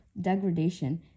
degradation